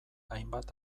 hainbat